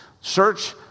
search